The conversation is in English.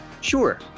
sure